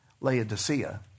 Laodicea